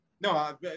No